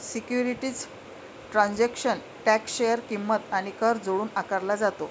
securities transaction tax share किंमत आणि कर जोडून आकारला जातो